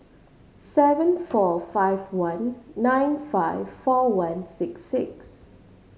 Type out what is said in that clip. seven four five one nine five four one six six